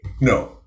No